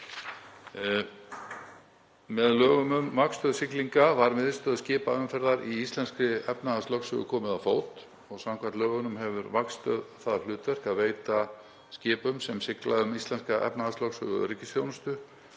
Með lögum um vaktstöð siglinga var miðstöð skipaumferðar í íslenskri efnahagslögsögu komið á fót og samkvæmt lögunum hefur vaktstöð það hlutverk að veita skipum sem sigla um íslenska efnahagslögsögu öryggisþjónustu